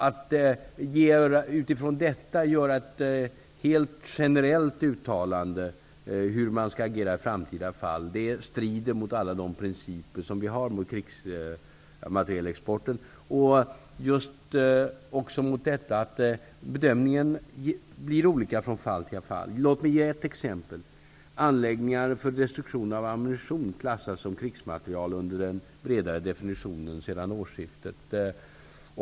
Att utifrån detta göra ett generellt uttalande om hur vi skall agera i framtida fall strider mot alla de principer vi har när det gäller krigsmaterielexporten. Bedömningen blir olika från fall till fall. Låt mig ge ett exempel. Anläggningar för destruktion av ammunition klassas som krigsmateriel under den bredare definitionen sedan årsskiftet.